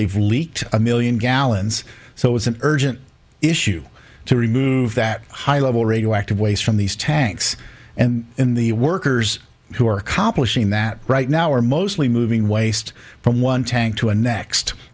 they've leaked a million gallons so it's an urgent issue to remove that high level radioactive waste from these tanks and in the workers who are accomplishing that right now are mostly moving waste from one tank to a next